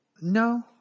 No